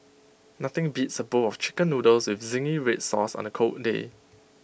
nothing beats A bowl of Chicken Noodles with Zingy Red Sauce on A cold day